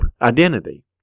identity